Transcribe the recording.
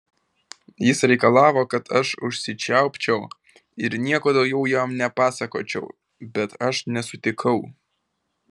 jis reikalavo kad aš užsičiaupčiau ir nieko daugiau jam nepasakočiau bet aš nesutikau